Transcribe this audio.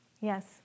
Yes